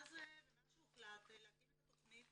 ומאז שהוחלט להקים את התכנית